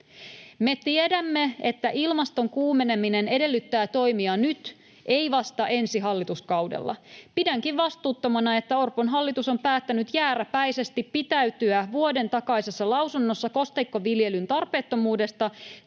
Me tiedämme, että ilmaston kuumeneminen edellyttää toimia nyt, ei vasta ensi hallituskaudella. Pidänkin vastuuttomana, että Orpon hallitus on päättänyt jääräpäisesti pitäytyä vuoden takaisessa lausunnossa kosteikkoviljelyn tarpeettomuudesta,